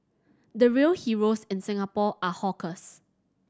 the real heroes in Singapore are hawkers